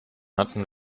hatten